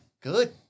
good